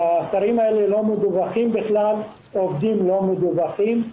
האתרים האלה לא מדווחים בכלל והעובדים לא מדווחים.